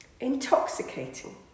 intoxicating